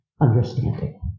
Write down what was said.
understanding